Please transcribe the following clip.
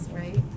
right